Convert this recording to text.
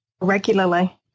regularly